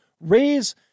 raise